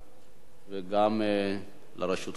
גם לרשותך שלוש דקות.